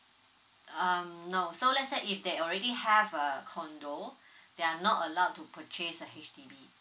um no so let's say if they already have a condo they are not allowed to purchase a H_D_B